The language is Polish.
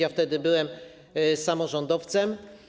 Ja wtedy byłem samorządowcem.